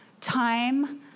time